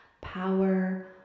power